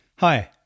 Hi